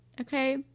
okay